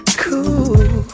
cool